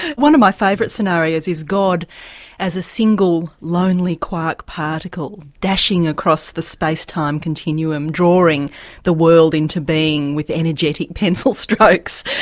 one of my favourite scenarios is god as a single, lonely quark particle, dashing across the space-time continuum, drawing the world into being with energetic pencil strokes.